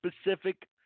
specific